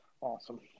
Awesome